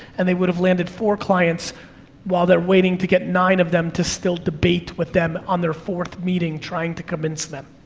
and they would have landed four clients while they're waiting to get nine of them to still debate with them on their fourth meeting, trying to convince them.